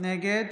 נגד